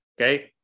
okay